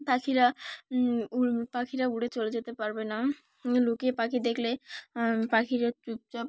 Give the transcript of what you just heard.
পাখিরা পাখিরা উড়ে চলে যেতে পারবে না লুকিয়ে পাখি দেখলে পাখিরা চুপচাপ